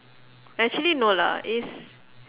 actually no lah it's